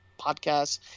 Podcasts